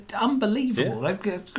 unbelievable